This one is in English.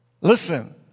listen